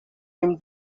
him